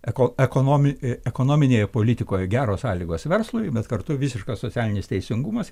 eko ekonomi ekonominėje politikoje geros sąlygos verslui bet kartu visiškas socialinis teisingumas